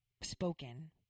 spoken